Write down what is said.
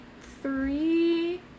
three